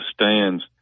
stands